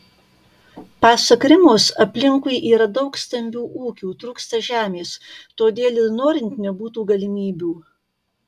pasak rimos aplinkui yra daug stambių ūkių trūksta žemės todėl ir norint nebūtų galimybių